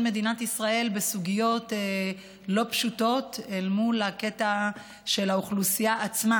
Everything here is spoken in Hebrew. מדינת ישראל בסוגיות לא פשוטות אל מול הקטע של האוכלוסייה עצמה,